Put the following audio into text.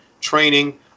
training